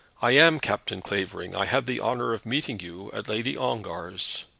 i am captain clavering. i had the honour of meeting you at lady ongar's.